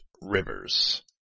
rivers